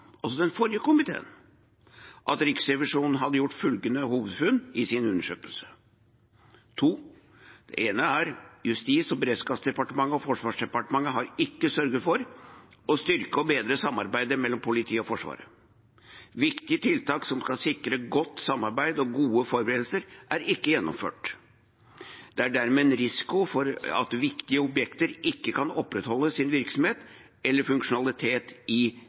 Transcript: også, ble saken behandlet i Stortinget i juni 2017. Komiteen – altså den forrige komiteen – konstaterte da at Riksrevisjonen hadde gjort følgende hovedfunn i sin undersøkelse: Det ene var at Justis- og beredskapsdepartementet og Forsvarsdepartementet «ikke har sørget for å styrke og bedre samarbeidet mellom politiet og Forsvaret Viktige tiltak som skal sikre godt samarbeid og gode forberedelser er ikke gjennomført. Det er dermed risiko for at viktige objekter ikke kan opprettholde sin virksomhet